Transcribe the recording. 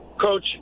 Coach